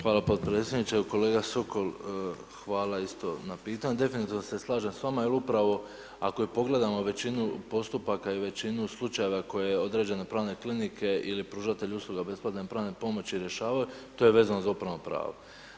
Hvala podpredsjedniče, evo kolega Sokol, hvala isto na pitanju, definitivno se slažem s vama jer upravo ako i pogledamo većinu postupaka i većinu slučajeva koje određene pravne klinike ili pružatelji usluga besplatne pravne pomoći rješavaju to je vezano za upravno pravo.